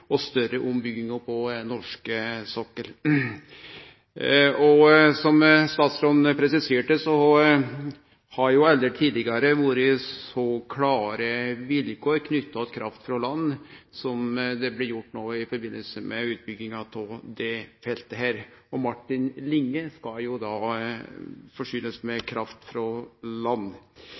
og større ombyggingar på norsk sokkel. Som statsråden presiserte, har det aldri tidlegare vore så klare vilkår knytte til kraft frå land som dei som blei gjorde no i forbindelse med utbygginga av dette feltet. Martin Linge-feltet skal bli forsynt med kraft frå land.